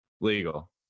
Legal